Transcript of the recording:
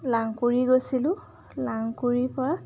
লাংকুড়ি গৈছিলোঁ লাংকুড়িৰ পৰা